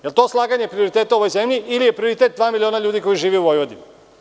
Da li je to slaganje prioriteta u ovoj zemlji ili je prioritet dva miliona ljudi koji žive u Vojvodini?